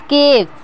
skip